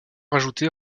rajouté